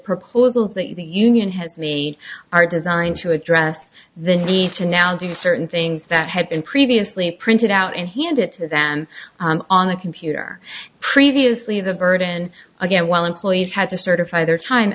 proposals that the union has made are designed to address the need to now do certain things that had been previously printed out and hand it to them on a computer previously the verdun again while employees had to certify their time